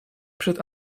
przed